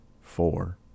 four